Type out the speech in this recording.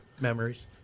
Memories